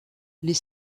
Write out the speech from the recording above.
les